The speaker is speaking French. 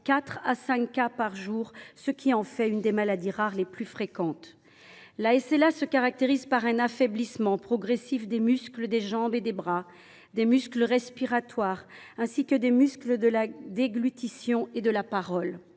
4 à 5 cas par jour, ce qui en fait l’une des maladies rares les plus fréquentes. La SLA se caractérise par un affaiblissement progressif des muscles des jambes et des bras, des muscles respiratoires, ainsi que des muscles de la déglutition et de la parole.